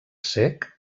cec